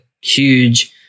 huge